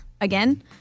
again